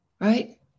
right